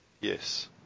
Yes